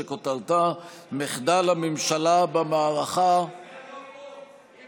שכותרתה: מחדל הממשלה במערכה הם לא פה.